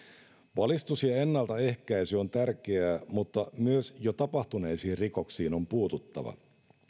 valistus ja ennaltaehkäisy on tärkeää mutta myös jo tapahtuneisiin rikoksiin on puututtava